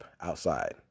outside